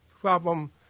problem